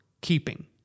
keeping